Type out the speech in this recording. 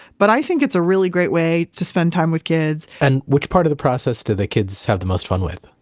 but i think it's a really great way to spend time with kids and which part of the process do the kids have the most fun with?